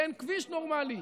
ואין כביש נורמלי.